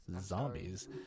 zombies